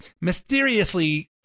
mysteriously